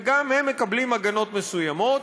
וגם הם מקבלים הגנות מסוימות.